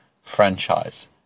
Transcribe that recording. franchise